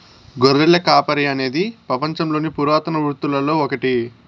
గొర్రెల కాపరి అనేది పపంచంలోని పురాతన వృత్తులలో ఒకటి